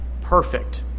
perfect